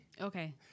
okay